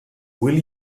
will